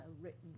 written